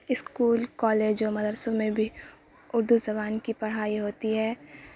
school college و مدرسوں میں بھی اردو زبان کی پڑھائی ہوتی ہے